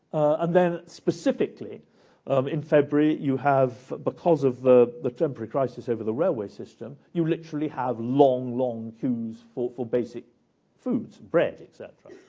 and then specifically in february, you have because of the the temporary crisis over the railway system, you literally have long, long queues for for basic foods, bread, etc.